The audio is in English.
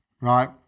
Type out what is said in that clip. Right